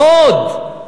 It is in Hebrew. לא עוד.